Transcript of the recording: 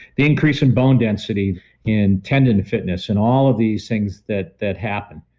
the increase in bone density in tendon to fitness and all of these things that that happen.